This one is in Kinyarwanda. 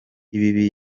ibi